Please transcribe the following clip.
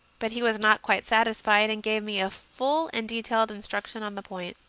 but he was not quite satisfied, and gave me a full and detailed instruction on the point.